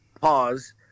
Pause